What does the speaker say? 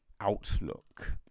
outlook